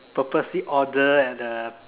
purposely order at a